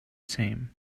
same